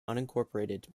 unincorporated